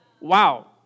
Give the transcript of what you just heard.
Wow